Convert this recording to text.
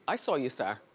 i saw you, sir,